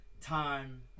time